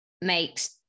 makes